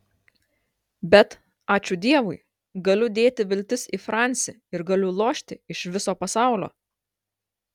bet ačiū dievui galiu dėti viltis į francį ir galiu lošti iš viso pasaulio